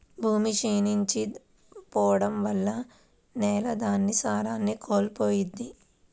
భూమి క్షీణించి పోడం వల్ల నేల దాని సారాన్ని కోల్పోయిద్ది